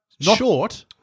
Short